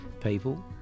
people